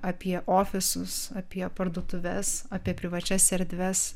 apie ofisus apie parduotuves apie privačias erdves